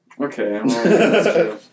Okay